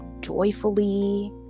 joyfully